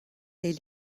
est